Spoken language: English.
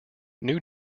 new